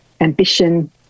ambition